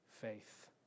faith